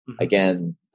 again